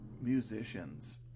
musicians